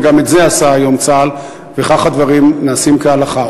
וגם את זה עשה היום צה"ל, וכך הדברים נעשים כהלכה.